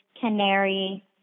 canary